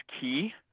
key